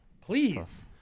Please